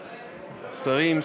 שרים,